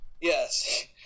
Yes